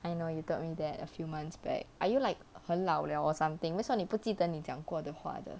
I know you taught me that a few months back are you like 很老了 or something that's what 你不记得你讲过的话的